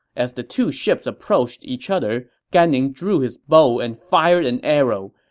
as the two ships approached each other, gan ning drew his bow and fired an arrow.